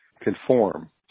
conform